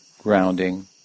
grounding